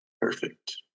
Perfect